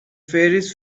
faeries